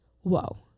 Whoa